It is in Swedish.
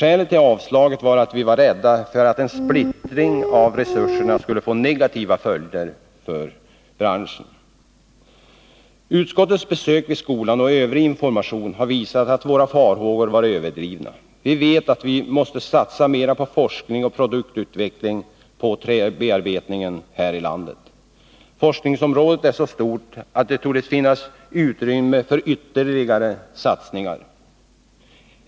Skälet till att utskottet avstyrkte motionen varatt vi var rädda för att en splittring av resurserna skulle få negativa följder för branschen. Utskottets besök vid skolan och övrig information har visat att våra farhågor var överdrivna. Vi vet att vi måste satsa mera på forskning och produktutveckling när det gäller träbearbetningen här i landet. Forskningsområdet är så stort att det torde finnas utrymme för ytterligare satsningar.